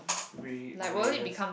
Rey~ Reyes